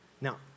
Now